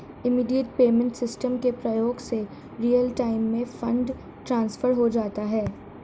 immediate payment system के प्रयोग से रियल टाइम में फंड ट्रांसफर हो जाता है